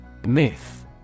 Myth